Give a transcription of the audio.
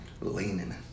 Leaning